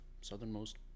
Southernmost